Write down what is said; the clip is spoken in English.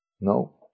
No